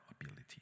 ability